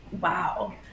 wow